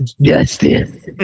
Justice